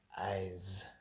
eyes